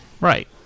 Right